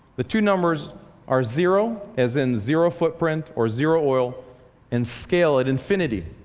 the two numbers are zero as in zero footprint or zero oil and scale it infinity.